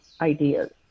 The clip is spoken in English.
ideas